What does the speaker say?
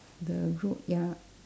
the road ya